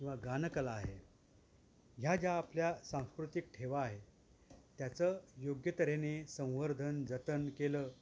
किंवा गानकला आहे ह्या ज्या आपल्या सांस्कृतिक ठेवा आहे त्याचं योग्यतऱ्हेने संवर्धन जतन केलं